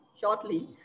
shortly